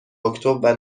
اکتبر